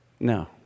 No